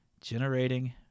generating